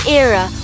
era